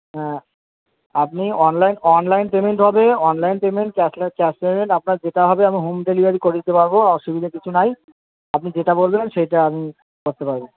হ্যাঁ আপনি online online payment হবে অনলাইন পেমেন্ট ক্যাশলেস পেমেন্ট আপনার যেটা হবে আমি হোম ডেলিভারি করে দিতে পারবো অসুবিধা কিছু নাই আপনি যেটা বলবেন সেটা আমি করতে পারবো